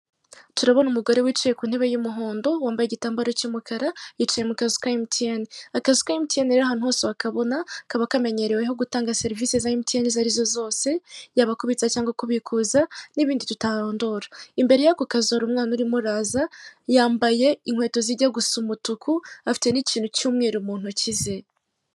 Turabona umugore wicaye ku ntebe y'umuhondo, wambaye igitambaro cy'umukara, yicaye mu ka MTN. Akazu MTN rero ahantu hose wakabona kaba kamenyereweho gutanga serivisi za MTN izo ari zo zose, yaba kubitsa cyangwa kubikuza, n'ibindi tutarondora. Imbere y'ako kazu ra umwana urimo araza, yambaye inkweto zijya gusa umutuku, afite n'ikintu cy'umweru mu ntoki ze.